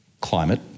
climate